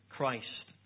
Christ